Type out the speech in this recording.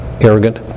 arrogant